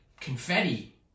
confetti